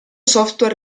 software